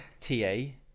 T-A